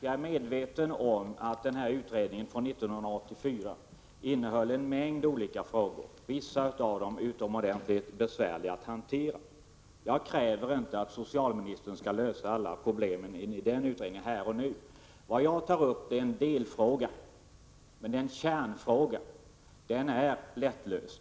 Jag är medveten om att utredningen från 1984 innehöll en mängd olika frågor och att vissa av dem är utomordentligt besvärliga att hantera. Jag kräver inte att socialministern skall lösa alla problemen i den utredningen här och nu. Vad jag tar upp är en delfråga, och det är en kärnfråga. Den är också lättlöst.